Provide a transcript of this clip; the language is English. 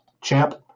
champ